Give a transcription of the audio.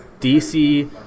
DC